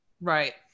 Right